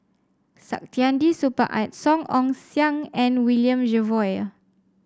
Saktiandi Supaat Song Ong Siang and William Jervois